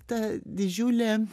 ta didžiulė